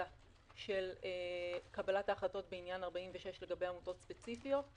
של קבלת ההחלטות בעניין 46 לגבי עמותות ספציפיות.